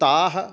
ताः